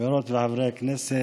חברות וחברי הכנסת,